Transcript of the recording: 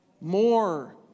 More